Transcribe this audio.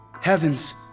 Heavens